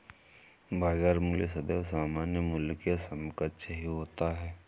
बाजार मूल्य सदैव सामान्य मूल्य के समकक्ष ही होता है